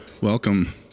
Welcome